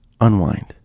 unwind